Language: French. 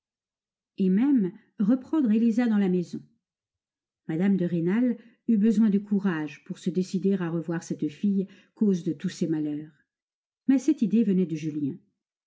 et même reprendre élisa dans la maison mme de rênal eut besoin de courage pour se décider à revoir cette fille cause de tous ses malheurs mais cette idée venait de julien